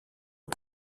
aux